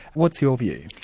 what's your view?